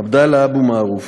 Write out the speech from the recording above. עבדאללה אבו מערוף.